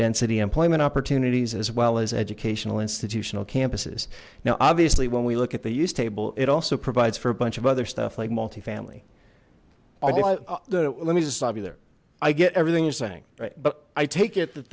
density employment opportunities as well as educational institutional campuses now obviously when we look at the use table it also provides for a bunch of other stuff like multifamily let me just stop you there i get everything you're saying right but i take it that